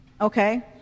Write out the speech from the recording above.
Okay